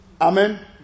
Amen